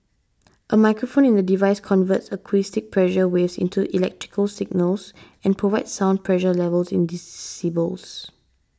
a microphone in the device converts acoustic pressure waves into electrical signals and provides sound pressure levels in decibels